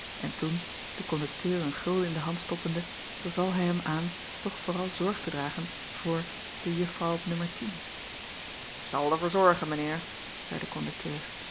en toen den kondukteur een gulden in de hand stoppende beval hij hem aan toch vooral zorg te dragen voor de uffrouw op nummer tien k al der voor zorgen meneer zeide de kondukteur